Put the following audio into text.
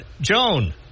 Joan